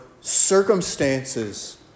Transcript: circumstances